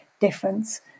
difference